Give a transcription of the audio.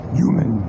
human